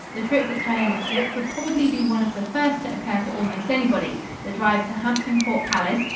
the trip which i undertook would probably be one of the first to occur to almost anybody the drive to hampton court palace,